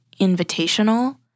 invitational